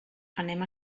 anem